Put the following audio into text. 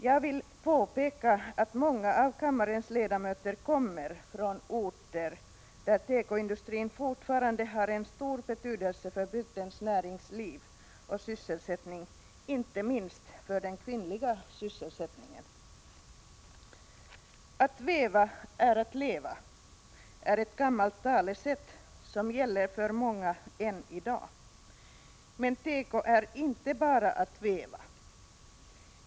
Jag vill påpeka att många av kammarens ledamöter kommer från orter där tekoindustrin fortfarande har stor betydelse för bygdens näringsliv och sysselsättning, inte minst för den kvinnliga sysselsättningen. ”Att väva är att leva” är ett gammalt talesätt, som gäller för många än i dag. Men teko är inte bara att väva.